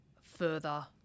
further